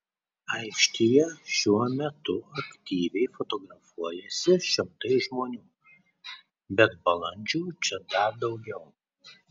aikštėje šiuo metu aktyviai fotografuojasi šimtai žmonių bet balandžių čia dar daugiau